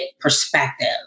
perspective